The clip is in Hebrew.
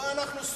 לא אנחנו שורפים.